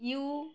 U